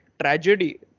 tragedy